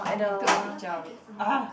he took a picture of it !ugh!